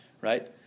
right